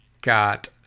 got